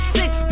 six